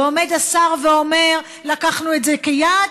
ועומד השר ואומר: לקחנו את זה כיעד,